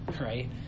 right